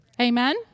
Amen